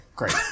Great